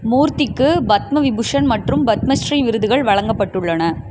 மூர்த்திக்கு பத்ம விபூஷண் மற்றும் பத்மஸ்ரீ விருதுகள் வழங்கப்பட்டுள்ளன